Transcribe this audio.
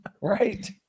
Right